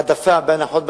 העדפה בהנחות בארנונה,